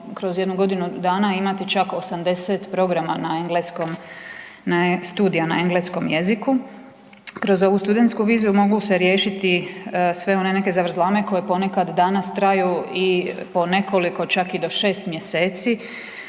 kroz jedno godinu dana imati čak 80 programa na engleskom, studija na engleskom jeziku. Kroz ovu studentsku vizu mogu se riješiti sve one neke zavrzlame koje ponekad danas traju i po nekoliko, čak i do 6 mjeseci.